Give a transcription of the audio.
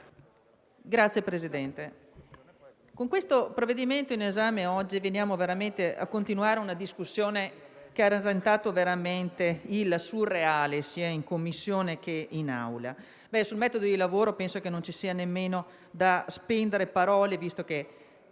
Signor Presidente, con il provvedimento in esame oggi continuiamo una discussione che ha rasentato veramente il surreale sia in Commissione, sia in Aula. Sul metodo di lavoro penso che non ci sia nemmeno da spendere parole, visto che